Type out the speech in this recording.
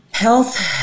Health